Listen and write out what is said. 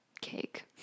Cake